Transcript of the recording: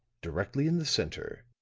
directly in the center,